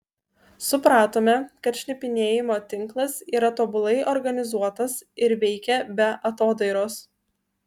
supratome kad šnipinėjimo tinklas yra tobulai organizuotas ir veikia be atodairos